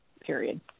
period